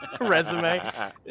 resume